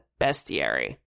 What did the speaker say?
bestiary